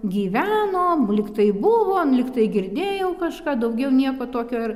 gyveno lygtai buvo nu lygtai girdėjau kažką daugiau nieko tokio ir